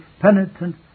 penitent